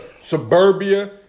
suburbia